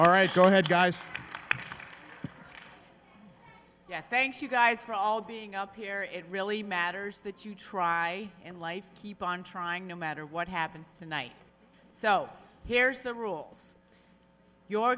all right go ahead guys yeah thanks you guys for all being up here it really matters that you try and life keep on trying no matter what happens tonight so here's the rules you